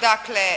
dakle